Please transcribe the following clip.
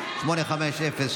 850,